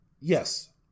yes